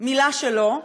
מילה שלו,